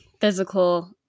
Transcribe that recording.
physical